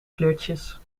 kleurtjes